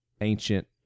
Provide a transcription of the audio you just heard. ancient